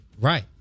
Right